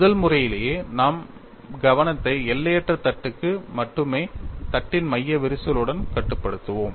முதல் முறையிலேயே நம் கவனத்தை எல்லையற்ற தட்டுக்கு மட்டுமே தட்டின் மைய விரிசலுடன் கட்டுப்படுத்துவோம்